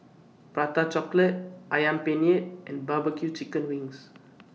Prata Chocolate Ayam Penyet and barbecure Chicken Wings